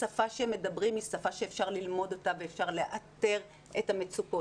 השפה שהם מדברים היא שפה שאפשר ללמוד אותה ואפשר לאתר את המצוקות.